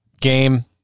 game